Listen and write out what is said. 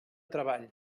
treball